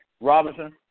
Robinson